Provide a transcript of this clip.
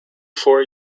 four